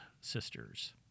Sisters